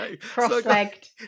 Cross-legged